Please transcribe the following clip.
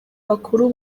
bakuru